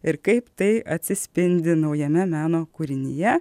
ir kaip tai atsispindi naujame meno kūrinyje